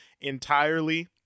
entirely